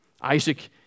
Isaac